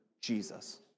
Jesus